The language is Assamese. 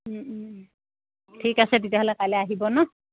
ঠিক আছে তেতিয়াহ'লে কাইলৈ আহিব ন